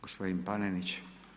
Gospodin Panenić.